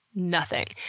nothing.